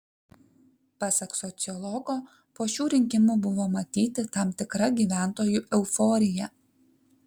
pasak sociologo po šių rinkimų buvo matyti tam tikra gyventojų euforija